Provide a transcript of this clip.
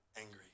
angry